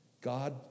God